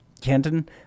Canton